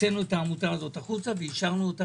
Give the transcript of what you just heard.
הוצאנו את העמותה החוצה ואישרנו אותה